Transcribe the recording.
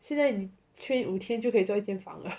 现在 train 五天就可以做一间房了